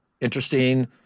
interesting